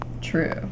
True